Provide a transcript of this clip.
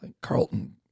Carlton